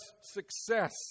success